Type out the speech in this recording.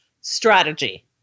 strategy